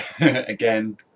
again